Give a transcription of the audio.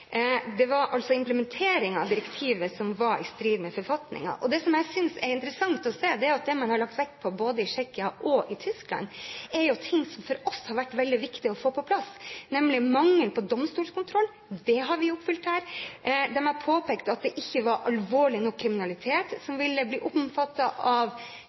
altså var implementeringen av direktivet som var i strid med forfatningen. Det som jeg synes er interessant å se, er at det man har lagt vekt på både i Tsjekkia og i Tyskland, er jo noe som for oss har vært veldig viktig å få på plass, nemlig domstolskontroll. Det har vi oppfylt her. De har påpekt at det ikke var alvorlig nok kriminalitet som ville bli omfattet ved innføring av